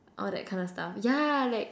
all that kind of stuff yeah like